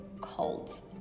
colds